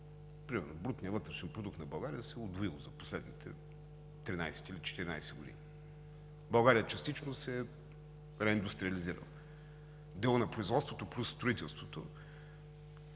Примерно брутният вътрешен продукт на България се е удвоил за последните 13 или 14 години. България частично се е реиндустриализирала. Делът на производството плюс строителството